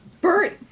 Bert